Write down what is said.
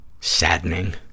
saddening